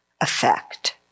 effect